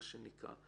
מה שנקרא,